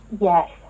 Yes